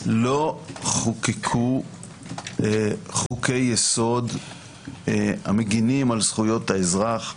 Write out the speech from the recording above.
לא חוקקו חוקי יסוד המגנים על זכויות האזרח בישראל,